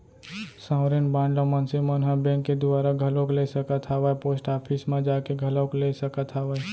sovereign bond ल मनसे मन ह बेंक के दुवारा घलोक ले सकत हावय पोस्ट ऑफिस म जाके घलोक ले सकत हावय